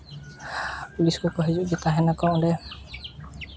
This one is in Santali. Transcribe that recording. ᱯᱩᱞᱤᱥ ᱠᱚ ᱠᱚ ᱦᱤᱡᱩᱜ ᱛᱟᱦᱮᱱᱟ ᱠᱚ ᱚᱸᱰᱮ